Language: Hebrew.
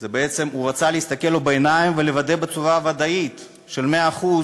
הוא רצה להסתכל לו בעיניים ולוודא בוודאות של מאה אחוז